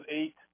eight